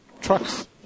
trucks